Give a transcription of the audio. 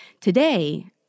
today